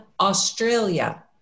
Australia